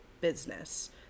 business